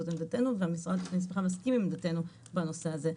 זאת עמדתנו, והמשרד מסכים עם עמדתנו בנושא הזה.